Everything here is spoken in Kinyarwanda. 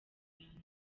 rihanna